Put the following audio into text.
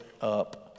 up